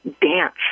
dance